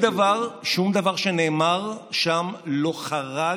אבל שום דבר שנאמר שם לא חרג